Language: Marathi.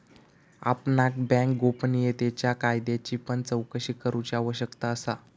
आपणाक बँक गोपनीयतेच्या कायद्याची पण चोकशी करूची आवश्यकता असा